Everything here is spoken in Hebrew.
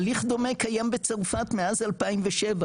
הליך דומה קיים בצרפת מאז 2007,